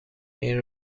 این